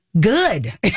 good